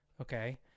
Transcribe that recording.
okay